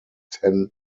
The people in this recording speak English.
ten